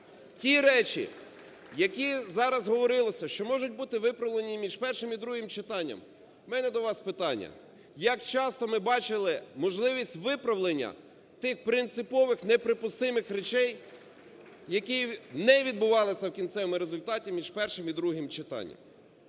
Ті речі, які зараз говорилося, що можуть бути виправлені між першим і другим читанням, у мене до вас питання: як часто ми бачили можливість виправлення тих принципових неприпустимих речей, які не відбувалися у кінцевому результаті між першим і другим читанням?